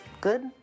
good